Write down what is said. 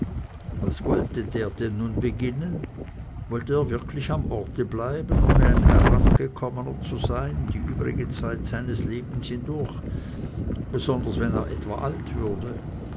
was wollte der denn nun beginnen wollte er wirklich am orte bleiben ohne ein herabgekommener zu sein die übrige zeit seines lebens hindurch besonders wenn er etwa alt würde